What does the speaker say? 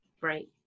Right